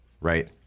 right